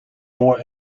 more